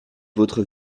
votre